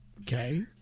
okay